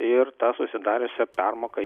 ir tą susidariusią permoką